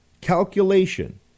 calculation